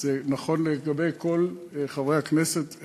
וזה נכון לגבי כל חברי הכנסת,